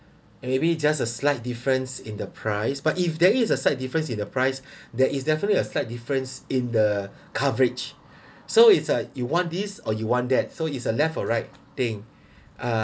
maybe just a slight difference in the price but if there is a slight difference in the price there is definitely a slight difference in the coverage so it's uh you want this or you want that so it's uh left or right thing uh